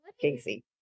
Casey